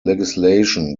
legislation